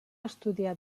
estudiar